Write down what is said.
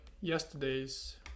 yesterday's